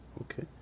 Okay